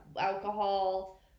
Alcohol